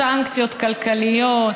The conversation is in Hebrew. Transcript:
סנקציות כלכליות,